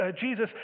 Jesus